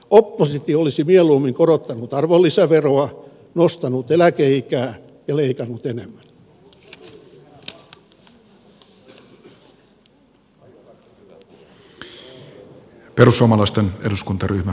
oppositio olisi mieluummin korottanut arvonlisäveroa nostanut eläkeikää ja leikannut enemmän